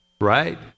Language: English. right